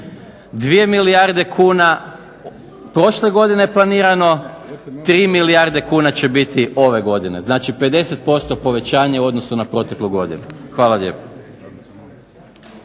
2 milijarde kuna prošle godine planirano, 3 milijarde kuna će biti ove godine. Znači 50% povećanje u odnosu na proteklu godinu. Hvala lijepo.